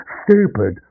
stupid